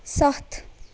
ستھ